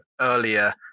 earlier